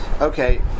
Okay